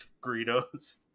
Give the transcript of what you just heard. gritos